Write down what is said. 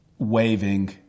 waving